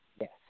Yes